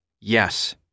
Yes